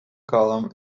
column